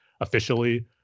officially